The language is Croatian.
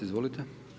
Izvolite.